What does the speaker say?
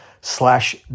slash